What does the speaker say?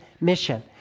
mission